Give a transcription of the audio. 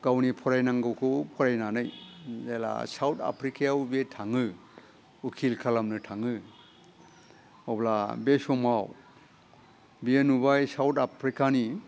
गावनि फरायनांगौखौ फरायनानै जेला साउथ आफ्रिकायाव बेयो थाङो उकिल खालामनो थाङो अब्ला बे समाव बियो नुबाय साउथ आफ्रिकानि